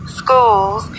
schools